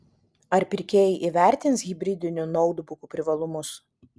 ar pirkėjai įvertins hibridinių noutbukų privalumus